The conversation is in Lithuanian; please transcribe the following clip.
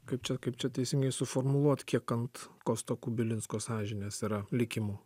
kaip čia kaip čia teisingai suformuluot kiek ant kosto kubilinsko sąžinės yra likimų